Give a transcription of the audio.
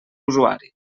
usuari